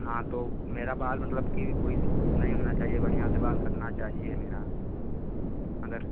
हाँ तो मेरा बाल मतलब कि उस नहीं होना चाहिए बढ़ियाँ से बाल कटना चाहिए मेरा अगर